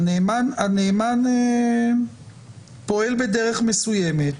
הנאמן פועל בדרך מסוימת